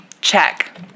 Check